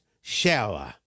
shower